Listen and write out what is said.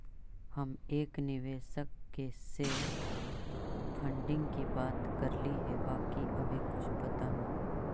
हम एक निवेशक से फंडिंग की बात करली हे बाकी अभी कुछ पता न